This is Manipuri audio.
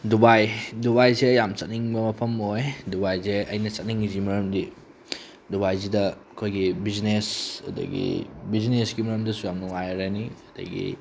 ꯗꯨꯕꯥꯏ ꯗꯨꯕꯥꯏꯁꯦ ꯑꯩ ꯌꯥꯝ ꯆꯠꯅꯤꯡꯕ ꯃꯐꯝ ꯑꯣꯏ ꯗꯨꯕꯥꯏꯁꯦ ꯑꯩꯅ ꯆꯠꯅꯤꯡꯉꯤꯁꯤꯒꯤ ꯃꯔꯝꯗꯤ ꯗꯨꯕꯥꯏꯁꯤꯗ ꯑꯩꯈꯣꯏꯒꯤ ꯕꯤꯖꯤꯅꯦꯁ ꯑꯗꯒꯤ ꯕꯤꯖꯤꯅꯦꯁꯀꯤ ꯃꯔꯝꯗꯁꯨ ꯌꯥꯝ ꯅꯨꯡꯉꯥꯏꯔꯅꯤ ꯑꯗꯒꯤ